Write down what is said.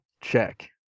check